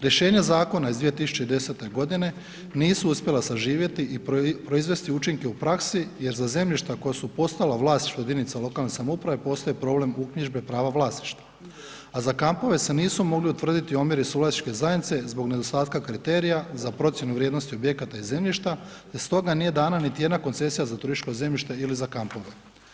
Rješenja zakona iz 2010. godine nisu uspjela saživjeti i proizvesti učinke u praksi jer za zemljišta koja su postala u vlasništvu jedinice lokalne samouprave postaje problem uknjižbe prava vlasništva, a za kampove se nisu mogli utvrditi omjeri suvlasničke zajednice zbog nedostatka kriterija za procjenu vrijednosti objekata i zemljišta te stoga nije dana niti jedna koncesija za turističko zemljište ili za kampove.